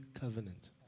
covenant